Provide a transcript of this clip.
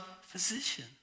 physician